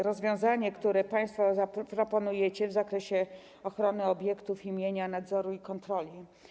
Rozwiązanie, które państwo proponujecie, jest w zakresie ochrony obiektów i mienia, nadzoru i kontroli.